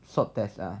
swab test ah